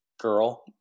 girl